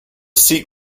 seat